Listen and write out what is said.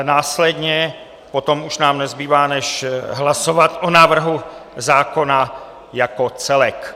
Následně potom už nám nezbývá, než hlasovat o návrhu zákona jako celek.